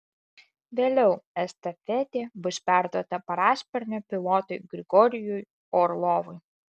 vėliau estafetė bus perduota parasparnio pilotui grigorijui orlovui